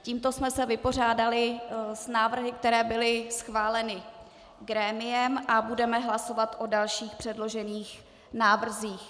Tímto jsme se vypořádali s návrhy, které byly schváleny grémiem, a budeme hlasovat o dalších předloženích návrzích.